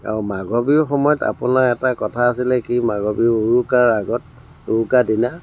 অঁ মাঘৰ বিহুৰ সময়ত আপোনাৰ এটা কথা আছিলে কি মাঘৰ বিহুৰ উৰুকাৰ আগত উৰুকাৰ দিনা